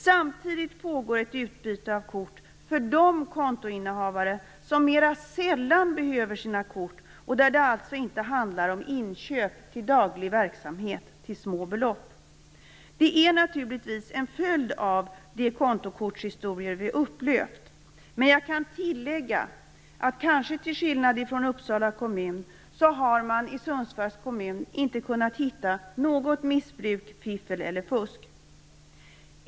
Samtidigt pågår ett utbyte av kort för de kontoinnehavare som mer sällan behöver sina kort och där det alltså inte handlar om inköp till daglig verksamhet till små belopp. Det är naturligtvis en följd av de kontokortshistorier vi upplevt. Men jag kan tillägga att, kanske till skillnad från Uppsala kommun, har man i Sundsvalls kommun inte kunnat hitta något missbruk, fiffel eller fusk.